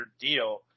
deal